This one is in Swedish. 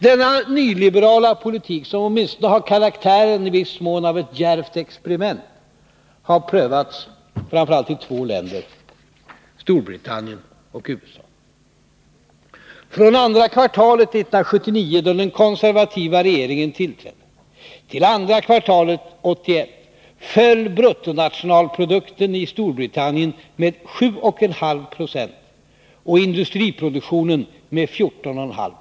Denna nyliberala politik, som åtminstone i viss mån har karaktären av ett djärvt experiment, har prövats i framför allt två länder; i Storbritannien och USA. Från andra kvartalet 1979, då den konservativa regeringen tillträdde, till andra kvartalet 1981 föll bruttonationalprodukten i Storbritannien med 7,5 Jo och industriproduktionen med 14,4 96.